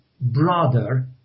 brother